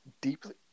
deeply